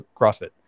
crossfit